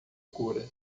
cura